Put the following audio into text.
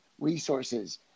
resources